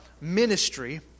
ministry